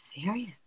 serious